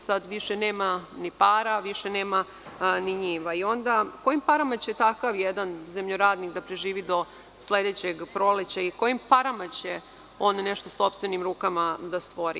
Sad više nema ni para, više nema ni njiva i onda kojim parama će takav jedan zemljoradnik da preživi do sledećeg proleća i kojim parama će on nešto sopstvenim rukama da stvori.